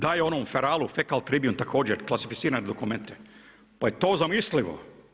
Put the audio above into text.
Daje onom feralu „Fekal“ Tribune također klasificirane dokumente pa jel' to zamislivo?